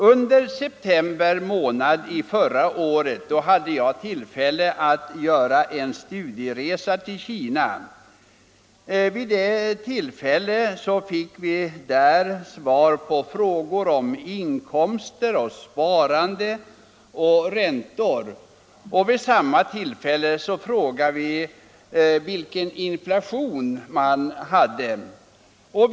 Under september månad förra året hade jag tillfälle att göra en studieresa till Kina. Vi fick därvid svar på våra frågor om inkomster, sparande och räntor. Vi frågade då också vilken inflation man hade där.